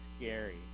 scary